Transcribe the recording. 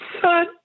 son